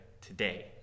today